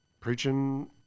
preaching